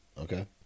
Okay